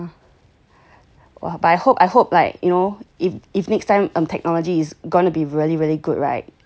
ya well I hope I hope like you know if if next time if technology is gonna be really really good right err teleportation is really a